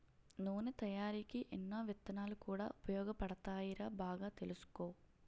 నూనె తయారికీ ఎన్నో విత్తనాలు కూడా ఉపయోగపడతాయిరా బాగా తెలుసుకో